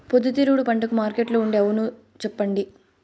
పొద్దుతిరుగుడు పంటకు మార్కెట్లో ఉండే అవును చెప్పండి?